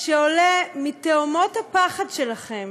שעולה מתהומות הפחד שלכם,